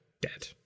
Dead